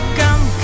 come